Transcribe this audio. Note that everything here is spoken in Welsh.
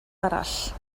arall